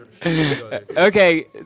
okay